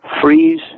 freeze